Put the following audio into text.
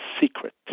secret